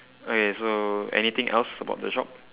okay so anything else about the shop